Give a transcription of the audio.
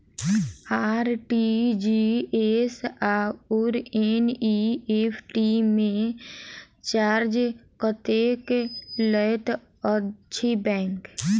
RTGS आओर NEFT मे charge कतेक लैत अछि बैंक?